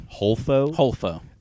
Holfo